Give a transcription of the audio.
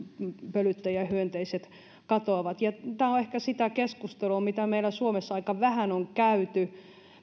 pölyttäjähyönteiset katoavat tämä on ehkä sitä keskustelua mitä meillä suomessa aika vähän on käyty